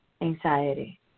anxiety